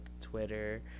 twitter